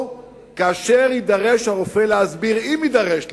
או כאשר יידרש הרופא להסביר, אם יידרש להסביר,